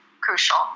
crucial